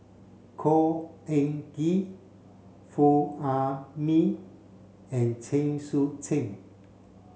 Khor Ean Ghee Foo Ah Bee and Chen Sucheng